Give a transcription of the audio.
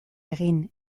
egin